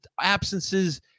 absences